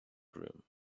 groom